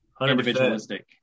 individualistic